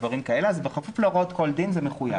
אז בכפוף להוראות כל דין זה מחויב.